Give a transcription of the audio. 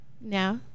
Now